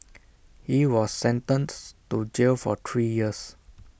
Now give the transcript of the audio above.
he was sentenced to jail for three years